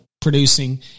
producing